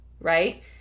right